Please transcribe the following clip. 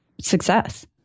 success